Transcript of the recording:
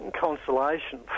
consolation